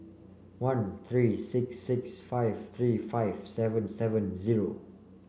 one three six six five three five seven seven zero